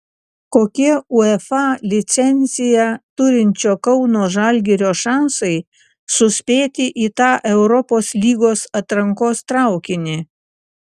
kokie uefa licenciją turinčio kauno žalgirio šansai suspėti į tą europos lygos atrankos traukinį